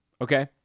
okay